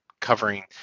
covering